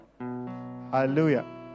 Hallelujah